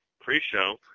pre-show